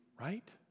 Right